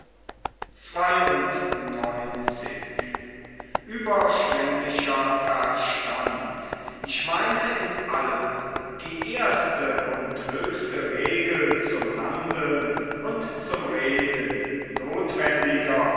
ich meine in allem die erste und höchste regel zum handeln und zum reden notwendiger